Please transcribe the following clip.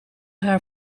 haar